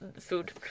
food